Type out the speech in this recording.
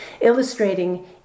illustrating